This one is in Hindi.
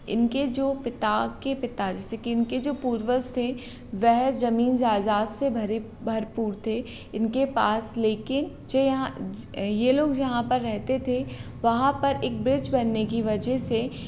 इनके जो पिता के पिताजी इनके जो पूर्वज थे वह ज़मीन जायदाद से भरे भरपूर थे इनके पास लेकिन यह लोग यहाँ पर रहते थे वहाँ पर एक ब्रिज बनने की वजह से